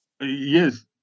Yes